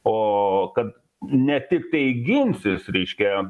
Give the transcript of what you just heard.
o kad ne tiktai ginsis reiškia